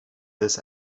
this